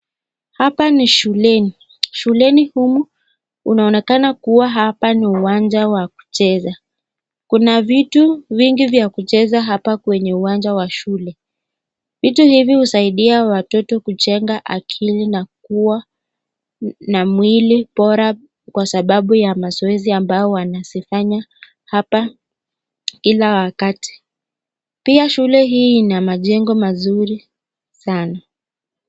Hapa ni shuleni. Shuleni humu unaonekana kuwa hapa ni uwanja wa kucheza. Kuna vitu vingi vya kucheza hapa kwenye uwanja wa shule. Vitu hivi husaidia watoto kujenga akili na kuwa na mwili bora kwa sababu ya mazoezi amabao wanafanya hapa kila wakati. Pia hii shule ina majengo mazuri sana.